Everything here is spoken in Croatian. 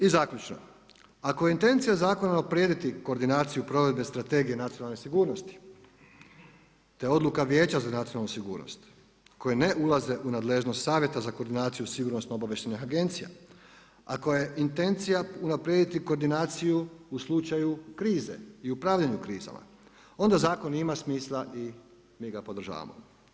I zaključno, ako intencija zakona unaprijedit koordinaciju provedbu strategije nacionalne sigurnosti, te odluka vijeća za nacionalnu sigurnost koja ne ulaze u nadležnost savjeta za koordinaciju sigurnosnih obavještajnih agencija, ako je intencija unaprijediti koordinaciju u slučaju krize i upravljanju krizama, onda zakon ima smisla i mi ga podržavamo.